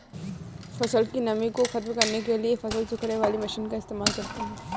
फसल की नमी को ख़त्म करने के लिए फसल सुखाने वाली मशीन का इस्तेमाल करते हैं